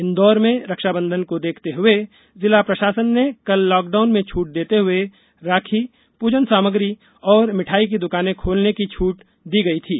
इन्दौर में रक्षाबंधन को देखते हुए जिला प्रशासन ने कल लॉकडाउन में छूट देते हुए राखी पूजन सामग्री और मिठाई की द्वकाने खोलने की छूट गई थी